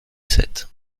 sept